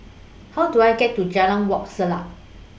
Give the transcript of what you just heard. How Do I get to Jalan Wak Selat